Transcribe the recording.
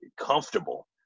comfortable